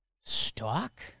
Stock